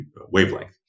wavelength